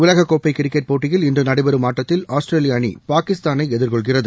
உலகக்கோப்பை கிரிக்கெட் போட்டியில் இன்று நடைபெறும் ஆட்டத்தில் ஆஸ்திரேலிய அணி பாகிஸ்தானை எதிர்கொள்கிறது